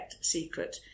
secret